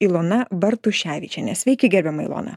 ilona bartuševičienė sveiki gerbiama ilona